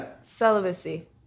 Celibacy